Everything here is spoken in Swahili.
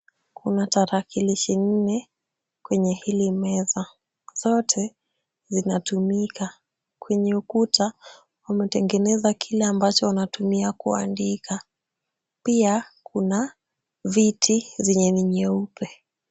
Kuna tarakilishi nne kwenye hili meza. Zote zinatumika. Kwenye ukuta wametengeneza kile ambacho wanatumia kuandika. Pia kuna viti zenye ni nyeupe.